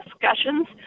discussions